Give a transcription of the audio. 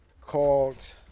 called